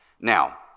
Now